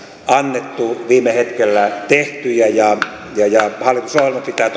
annettu viime hetkellä tehtyjä ja ja hallitusohjelma pitää